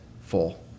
full